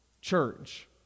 church